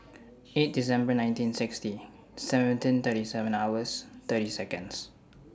eight December nineteen sixty seventeen thirty seven hours thirty Seconds